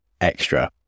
extra